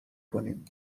کنیم